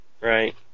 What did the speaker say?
Right